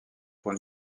prend